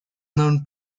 known